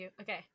Okay